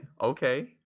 okay